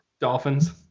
Dolphins